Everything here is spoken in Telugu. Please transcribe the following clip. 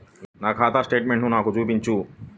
నా ఖాతా స్టేట్మెంట్ను నాకు చూపించు